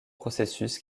processus